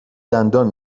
دندان